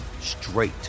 straight